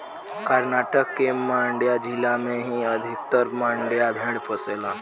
कर्नाटक के मांड्या जिला में ही अधिकतर मंड्या भेड़ पोसाले